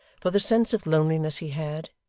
for the sense of loneliness he had,